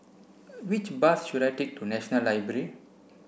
which bus should I take to National Library